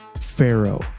Pharaoh